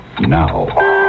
Now